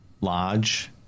large